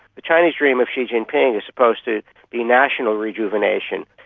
the chinese dream of xi jinping is supposed to be national rejuvenation,